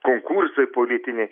konkursai politiniai